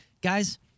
Guys